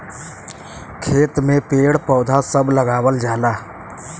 खेत में पेड़ पौधा सभ लगावल जाला